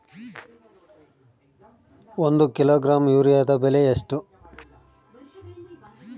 ಒಂದು ಕಿಲೋಗ್ರಾಂ ಯೂರಿಯಾದ ಬೆಲೆ ಎಷ್ಟು?